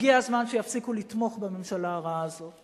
הגיע הזמן שיפסיקו לתמוך בממשלה הרעה הזאת.